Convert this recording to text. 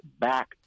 back